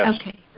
Okay